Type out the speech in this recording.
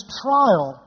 trial